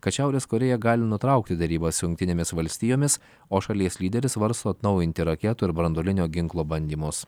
kad šiaurės korėja gali nutraukti derybas su jungtinėmis valstijomis o šalies lyderis svarsto atnaujinti raketų ir branduolinio ginklo bandymus